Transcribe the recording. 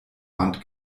wand